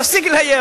תפסיק לאיים.